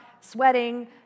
sweating